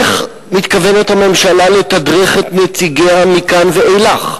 איך מתכוונת הממשלה לתדרך את נציגיה מכאן ואילך?